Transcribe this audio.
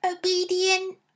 Obedient